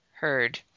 heard